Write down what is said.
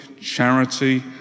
charity